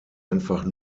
einfach